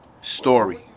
story